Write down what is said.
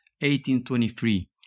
1823